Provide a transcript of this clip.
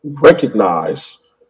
recognize